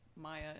Maya